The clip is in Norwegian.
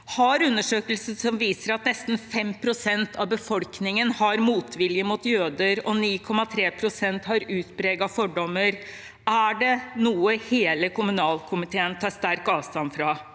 har undersøkelser som viser at nesten 5 pst. av befolkningen har motvilje mot jøder og 9,3 pst. har utpregede fordommer, er det noe hele kommunalkomiteen tar sterkt avstand fra.